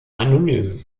anonym